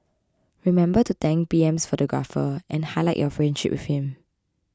remember to thank PM's photographer and highlight your friendship with him